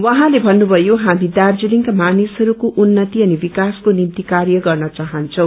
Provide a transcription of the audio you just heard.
उझँले थन्नुभयो हामी दार्जीलिङका मानिसइस्क्रे उन्नति अनि विक्रसको निम्ति कार्य गर्न चाहन्छौ